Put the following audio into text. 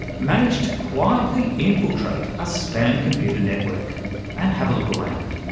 managed to quietly infiltrate a spam computer network and have a look around.